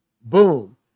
boom